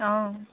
অঁ